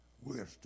wisdom